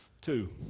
two